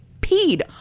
peed